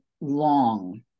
long